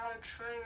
true